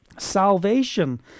Salvation